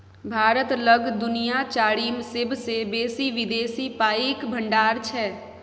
भारत लग दुनिया चारिम सेबसे बेसी विदेशी पाइक भंडार छै